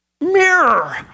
mirror